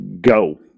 go